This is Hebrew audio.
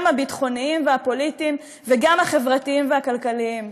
גם הביטחוניים והפוליטיים וגם החברתיים והכלכליים,